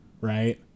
Right